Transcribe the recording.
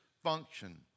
function